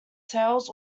sales